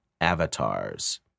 avatars